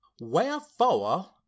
Wherefore